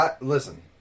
Listen